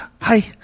hi